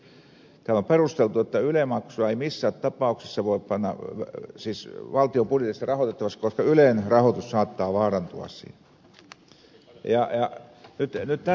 täällä on perusteltu että yleisradiota ei missään tapauksessa voi panna valtion budjetista rahoitettavaksi koska ylen rahoitus saattaa vaarantua siinä